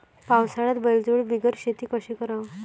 पावसाळ्यात बैलजोडी बिगर शेती कशी कराव?